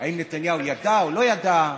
האם נתניהו ידע או לא ידע?